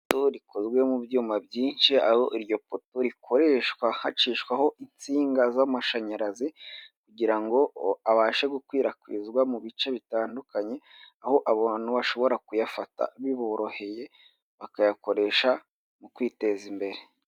Ipoto rikozwe mu byuma byinshi, aho iryopoto rikoreshwa hacishwaho itsinga z'amashanyarazi kugira ngo abashe gukwirakwizwa mu bice bitandukanye aho abantu bashobora kuyafata biboroheye bakayakoresha mu kwiteza imbere.